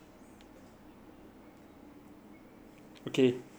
okay